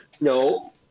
No